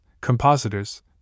compositors